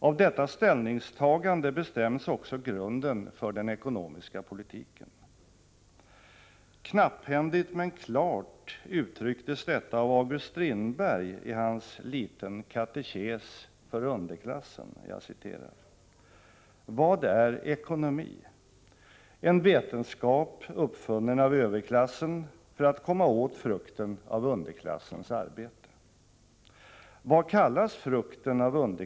Av detta ställningstagande bestäms också grunden för den ekonomiska politiken. Knapphändigt men klart uttrycktes detta av August Strindberg i hans Liten katekes för Underklassen: ”Vad är ekonomi? En vetenskap uppfunnen av överklassen för att komma åt frukten av underklassens arbete.